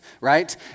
right